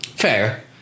fair